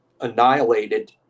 annihilated